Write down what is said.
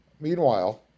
Meanwhile